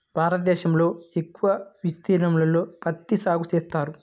భారతదేశంలో ఎక్కువ విస్తీర్ణంలో పత్తి సాగు చేస్తారు